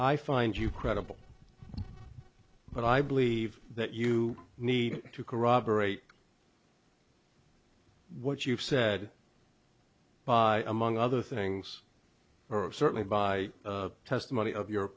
i find you credible but i believe that you need to corroborate what you've said by among other things or certainly by the testimony of your